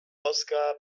oscar